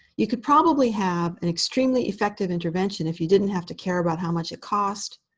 you could probably have an extremely effective intervention if you didn't have to care about how much it cost,